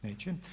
Neće?